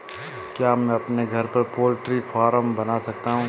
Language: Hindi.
क्या मैं अपने घर पर पोल्ट्री फार्म बना सकता हूँ?